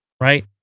Right